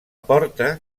porta